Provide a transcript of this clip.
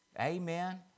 Amen